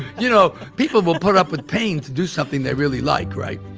you know, people will put up with pain to do something they really like, right?